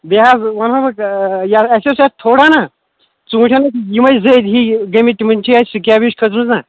بیٚیہِ حظ وَنہو بہٕ یہِ اَسہِ اوس یَتھ تھوڑا نا ژوٗنٛٹھٮ۪ن یِمٕے زٔدۍ ہِی گٔمٕتۍ تِمَن چھِ اَسہِ سکیب ہِش کھٔژمٕژ نا